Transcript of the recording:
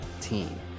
team